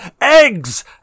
eggs